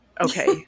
Okay